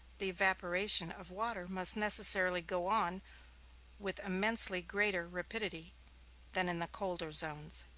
the evaporation of water must necessarily go on with immensely greater rapidity than in the colder zones,